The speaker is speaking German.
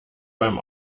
beim